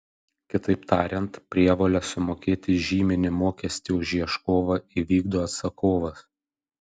kitaip tariant prievolę sumokėti žyminį mokestį už ieškovą įvykdo atsakovas